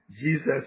Jesus